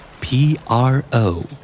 P-R-O